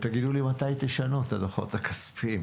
תגידו לי מתי תשנו את הדוחות הכספיים,